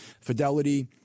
Fidelity